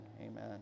Amen